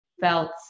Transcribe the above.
felt